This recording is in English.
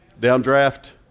Downdraft